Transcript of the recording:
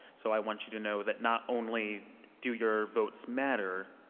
so i want you to know that not only do your votes matter,